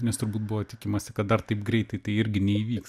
nes turbūt buvo tikimasi kad dar taip greitai tai irgi neįvyks